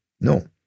no